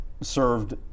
Served